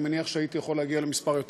אני מניח שהייתי יכול להגיע למספר יותר